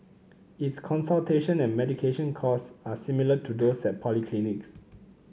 its consultation and medication cost are similar to those at polyclinics